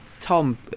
Tom